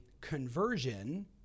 conversion